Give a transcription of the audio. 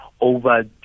over